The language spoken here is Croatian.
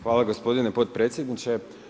Hvala gospodine potpredsjedniče.